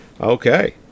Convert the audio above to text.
okay